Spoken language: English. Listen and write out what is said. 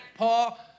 Paul